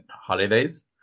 holidays